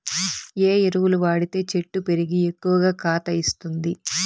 ఏ ఎరువులు వాడితే చెట్టు పెరిగి ఎక్కువగా కాత ఇస్తుంది?